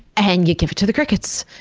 and you give it to the crickets.